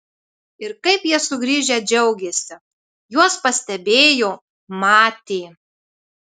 ir kaip jie sugrįžę džiaugėsi juos pastebėjo matė